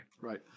Right